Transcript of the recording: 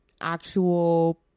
actual